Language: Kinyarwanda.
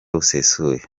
busesuye